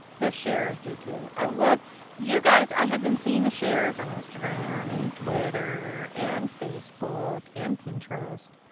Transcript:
the shares do too. i love you guys, i have been seeing the shares on instagram, and twitter, and facebook and pinterest,